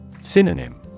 Synonym